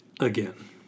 again